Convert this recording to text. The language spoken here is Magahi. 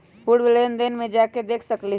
पूर्व लेन देन में जाके देखसकली ह?